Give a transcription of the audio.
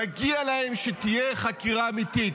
מגיע להם שתהיה חקירה אמיתית,